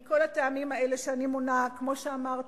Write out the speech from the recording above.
מכל הטעמים האלה שאני מונה, וכמו שאמרתי,